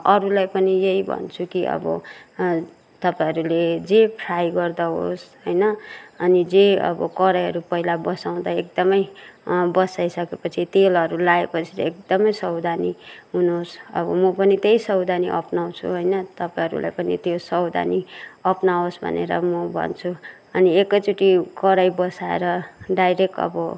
अरूलाई पनि यही भन्छु कि अब तपाईँहरूले जे फ्राई गर्दाहोस् होइन अनि जे अब कराहीहरू पहिला बसाउँदा एकदमै बसाइसकेपछि तेलहरू लाए पछि चाहिँ एकदमै सवधानी हुनुहोस् अब म पनि त्यही सवधानी अपनाउँछु होइन तपाईँहरूलाई पनि त्यो सवधानी अपनाओस् भनेर म भन्छु अनि एकैचोटी कराही बसाएर डाइरेक्ट अब